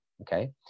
okay